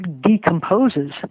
decomposes